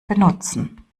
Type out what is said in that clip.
benutzen